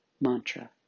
mantra